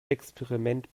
experiment